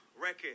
record